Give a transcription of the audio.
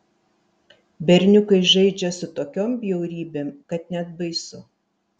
berniukai žaidžia su tokiom bjaurybėm kad net baisu